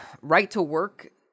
right-to-work